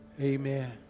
Amen